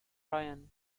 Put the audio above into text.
ryan